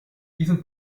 diesem